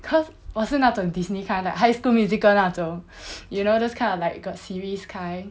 cause 我是那种 Disney kind like high school musical 那种 you know those kind of like got series kind